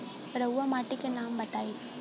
रहुआ माटी के नाम बताई?